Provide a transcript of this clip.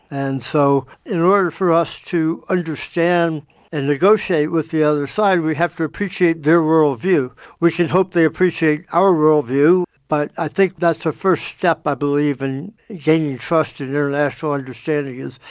and so in order for us to understand and negotiate with the other side we have to appreciate their worldview. we should hope they appreciate our worldview, but i think that's a first step i believe in gaining trust and international understanding is,